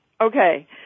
Okay